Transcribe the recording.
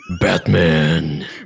Batman